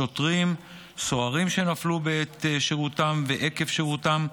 שוטרים, סוהרים שנפלו בעת שירותם ועקב שירותם,